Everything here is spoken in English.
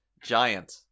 giant